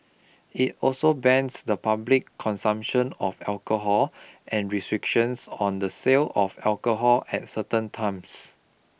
it also bans the public consumption of alcohol and restrictions on the sale of alcohol at certain times